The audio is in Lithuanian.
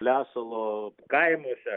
lesalo kaimuose